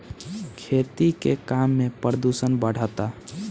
खेती के काम में प्रदूषण बढ़ता